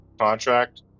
contract